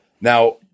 Now